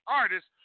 artist